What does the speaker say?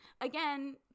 Again